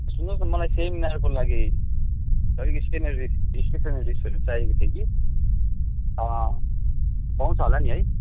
सुन्नुहोस् न मलाई सेमिनारको लागि अलिक स्पेनरिस् स्टेसनरिजहरू चाहिएको थियो कि पाउँछ होला नि है